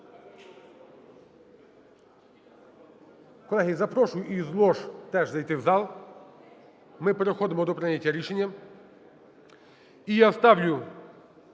Колеги, запрошую із лож теж зайти в зал. Ми переходимо до прийняття рішення.